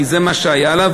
כי זה מה שהיה לה,